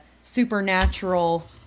supernatural